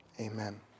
amen